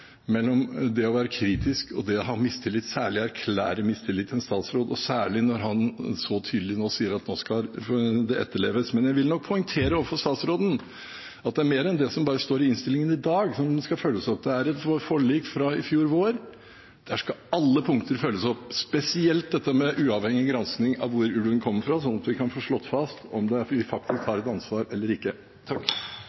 mellom det å være kritisk og det å ha mistillit – særlig å erklære mistillit til en statsråd, og særlig når han nå så tydelig sier at nå skal det etterleves. Men jeg vil nok poengtere overfor statsråden at det er mer enn bare det som står i innstillingen i dag, som skal følges opp. Det er et forlik fra i fjor vår. Der skal alle punkter følges opp, spesielt dette med uavhengig gransking av hvor ulven kommer fra, slik at vi kan få slått fast om vi faktisk